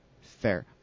Fair